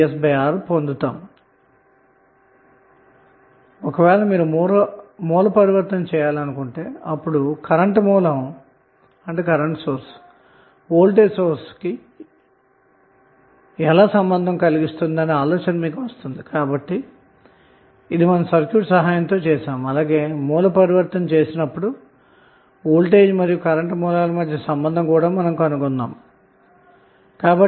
కాబట్టి ఒక వేళ మీరు సోర్స్ ట్రాన్సఫార్మషన్ చేయాలంటే సర్క్యూట్ ద్వారా కరెంటు మరియు వోల్టేజ్ సోర్స్ ల మధ్య సంబంధాన్ని కనుగొంటూనే చేయాలి అన్న మాట